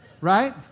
Right